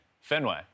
Fenway